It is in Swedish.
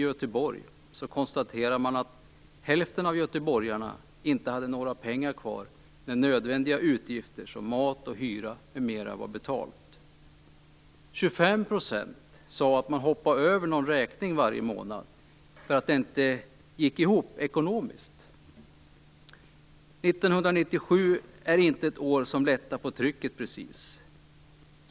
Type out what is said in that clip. Göteborg konstaterade man att hälften av göteborgarna inte hade några pengar kvar när nödvändiga utgifter som mat och hyra m.m. var betalda. 25 % sade att de hoppade över att betala någon räkning varje månad för att det inte gick ihop ekonomiskt. 1997 är inte ett år som lättar på trycket precis.